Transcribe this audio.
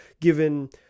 given